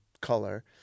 color